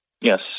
Yes